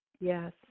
Yes